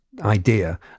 idea